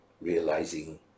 realizing